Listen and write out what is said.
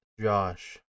Josh